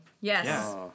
Yes